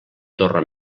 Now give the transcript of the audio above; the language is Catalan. torre